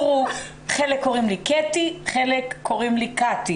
קוראים לי קטי וחלק קוראים לי קטי.